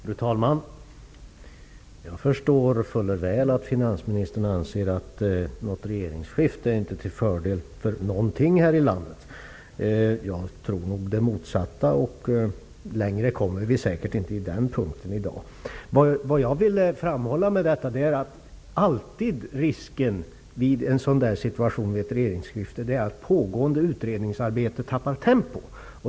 Fru talman! Jag förstår mycket väl att finansministern anser att ett regeringsskifte inte är till fördel för någonting här i landet. Jag tror nog det motsatta. Vi kommer nog inte i dag längre på den punkten. Vad jag ville framhålla var att det vid ett regeringsskifte alltid finns en risk för att pågående utredningsarbete tappar tempo.